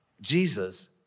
Jesus